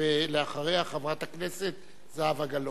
ואחריה, חברת הכנסת זהבה גלאון,